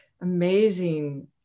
amazing